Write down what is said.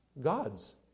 God's